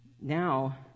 Now